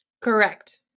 Correct